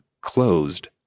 closed